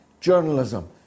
journalism